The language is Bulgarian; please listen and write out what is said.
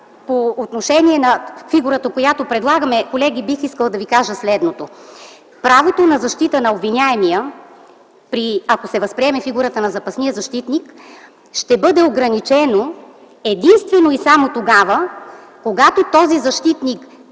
по отношение на фигурата, която предлагаме, бих искала да ви кажа следното. Правото на защита на обвиняемия, ако се възприеме фигурата на запасния защитник, ще бъде ограничено единствено и само тогава, когато този защитник